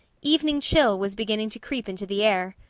evening chill was beginning to creep into the air.